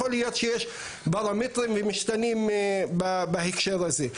יכול להיות שיש פרמטרים ומשתנים בהקשר הזה,